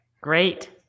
Great